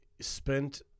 spent